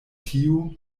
tiu